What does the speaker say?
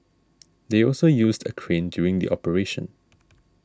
they also used a crane during the operation